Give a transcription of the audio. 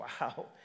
wow